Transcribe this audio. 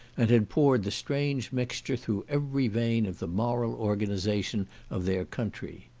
and had poured the strange mixture through every vein of the moral organization of their country.